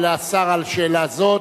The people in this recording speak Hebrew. תודה רבה לשר על שאלה זו.